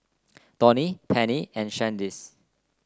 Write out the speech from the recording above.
Donie Pennie and Shaniece